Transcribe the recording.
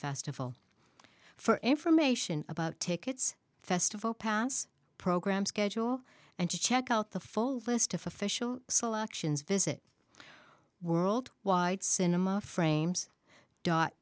festival for information about tickets festival pass program schedule and check out the full list of official selections visit world wide cinema frames dot